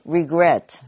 regret